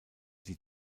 die